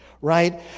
right